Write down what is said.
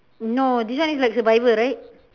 no this one is like survivor right